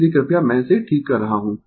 इसलिए कृपया मैं इसे ठीक कर रहा हूं